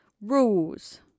rules